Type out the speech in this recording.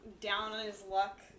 down-on-his-luck